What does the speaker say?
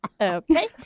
okay